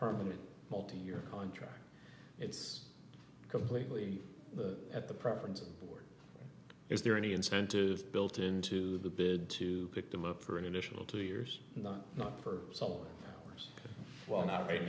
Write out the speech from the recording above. permanent multi year contract it's completely at the preference of the board is there any incentives built into the bid to pick them up for an additional two years not for some while not right